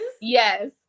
Yes